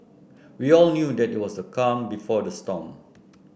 we all knew that it was the calm before the storm